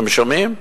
אתם שומעים?